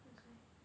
that's why